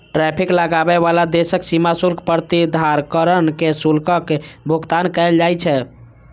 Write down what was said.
tariff लगाबै बला देशक सीमा शुल्क प्राधिकरण कें शुल्कक भुगतान कैल जाइ छै